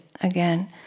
again